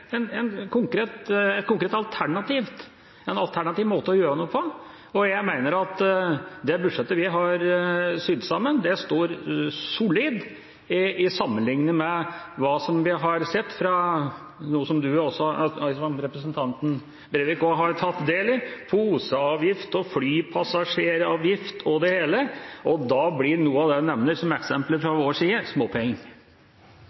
en konkret, alternativ måte å gjøre noe på. Jeg mener at det budsjettet vi har sydd sammen, står solid, sammenlignet med hva vi har sett av det som også representanten Breivik har tatt del i – poseavgift, flypassasjeravgift og det hele. Da blir noe av det en nevner som eksempler